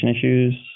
issues